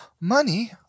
Money